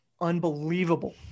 Unbelievable